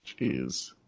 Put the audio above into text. Jeez